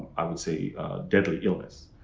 i would say deadly illness.